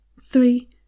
three